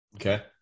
Okay